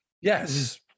yes